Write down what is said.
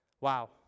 Wow